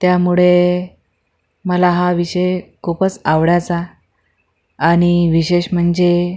त्यामुळे मला हा विषय खूपच आवडायचा आणि विशेष म्हणजे